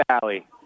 Valley